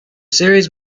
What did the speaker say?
series